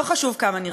לא חשוב כמה נרצה.